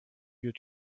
lieux